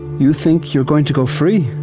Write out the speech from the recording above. you think you're going to go free?